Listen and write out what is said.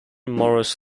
morris